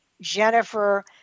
Jennifer